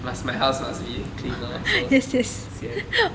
must my house must be clean lor so sian